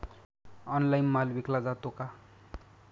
Online माल विकला जातो का?